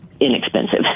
inexpensive